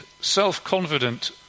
self-confident